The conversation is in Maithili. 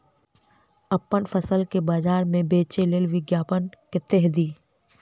अप्पन फसल केँ बजार मे बेच लेल विज्ञापन कतह दी?